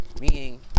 Meaning